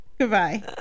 Goodbye